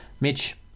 Mitch